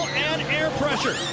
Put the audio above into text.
air pressure,